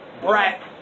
Brett